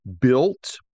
built